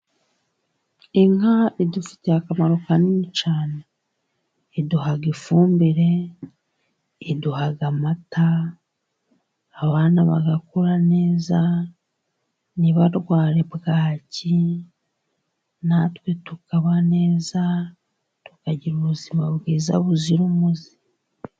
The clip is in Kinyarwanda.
Inka idufitiye akamaro kanini cyane. Iduha ifumbire, iduha amata, abana bagakura neza ntibarware bwaki, natwe tukaba neza tukagira ubuzima bwiza buzira umuze.